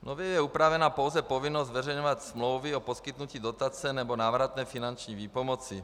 Nově je upravena pouze povinnost zveřejňovat smlouvy o poskytnutí dotace nebo návratné finanční výpomoci.